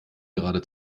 gerade